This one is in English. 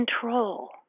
control